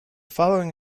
following